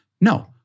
No